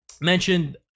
Mentioned